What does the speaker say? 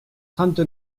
trente